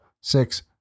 six